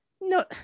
no